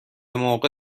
موقع